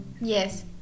Yes